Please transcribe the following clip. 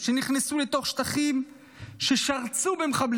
נכנסו לתוך שטחים ששרצו במחבלים,